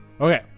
Okay